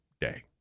day